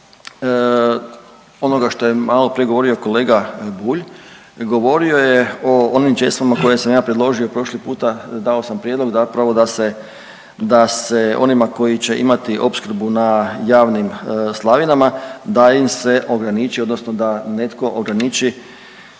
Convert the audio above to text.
onoga što je maloprije govorio kolega Bulj, govorio je o onim česmama koje sam ja predložio prošli puta, dao sam prijedlog zapravo da se, da se onima koji će imati opskrbu na javnim slavinama da im se ograniči odnosno da netko ograniči